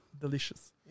delicious